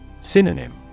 Synonym